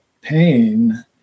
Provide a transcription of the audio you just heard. pain